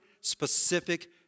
specific